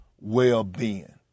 well-being